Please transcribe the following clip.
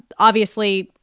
obviously,